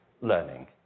learning